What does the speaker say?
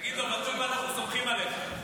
תגידו לו, בסוף אנחנו סומכים עליך.